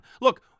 Look